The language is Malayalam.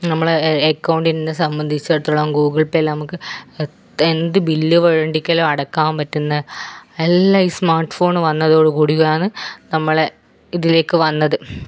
നമ്മളുടെ അക്കൗണ്ടിനെ സംബന്ധിച്ചിടത്തോളം ഗൂഗിൾ പേയിൽ നമുക്ക് എന്ത് ബില്ല് വേണ്ടിക്കിലും അടക്കാൻ പറ്റുന്ന എല്ലാം ഈ സ്മാർട്ട് ഫോൺ വന്നതോടു കൂടിയാണ് നമ്മളെ ഇതിലേക്ക് വന്നത്